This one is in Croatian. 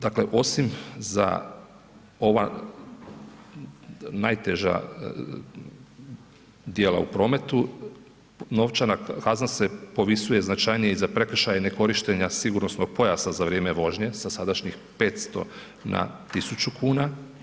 Dakle osim za ova najteža djela u prometu novčana kazna se povisuje značajnije i za prekršaj ne korištenja sigurnosnog pojasa za vrijeme vožnje s sadašnjih 500 na 100 kuna.